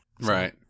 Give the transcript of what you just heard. right